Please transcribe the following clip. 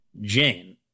Jane